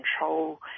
control